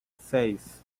seis